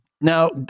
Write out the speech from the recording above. Now